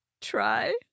try